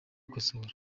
gukosorwa